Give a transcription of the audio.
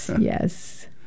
Yes